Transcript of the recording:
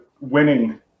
winning